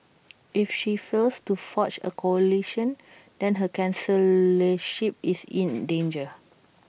if she fails to forge A coalition then her chancellorship is in danger